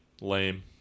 lame